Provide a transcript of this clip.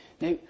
Now